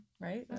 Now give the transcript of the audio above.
right